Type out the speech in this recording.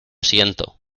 siento